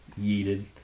yeeted